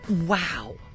Wow